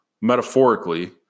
metaphorically